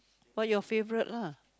what your favourite lah